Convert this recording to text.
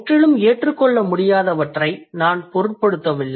முற்றிலும் ஏற்றுக்கொள்ள முடியாதவற்றை நான் பொருட்படுத்தவில்லை